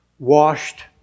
washed